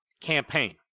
campaign